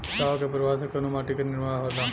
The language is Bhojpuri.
लावा क प्रवाह से कउना माटी क निर्माण होला?